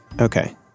Okay